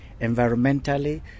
environmentally